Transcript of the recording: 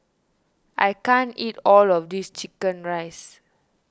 I can't eat all of this Chicken Rice